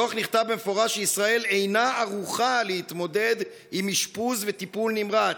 בדוח נכתב במפורש שישראל אינה ערוכה להתמודד עם אשפוז וטיפול נמרץ,